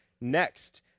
Next